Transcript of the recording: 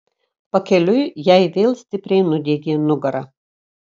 pakeliui jai vėl stipriai nudiegė nugarą